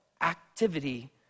activity